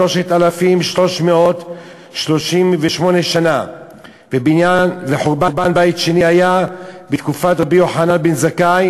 בשנת 3338. חורבן בית שני היה בתקופת רבי יוחנן בן-זכאי